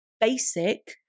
basic